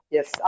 Yes